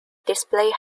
display